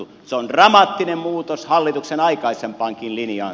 se on dramaattinen muutos hallituksen aikaisempaankin linjaan